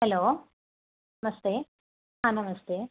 hello ನಮಸ್ತೆ ಹಾಂ ನಮಸ್ತೆ